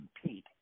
compete